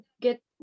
get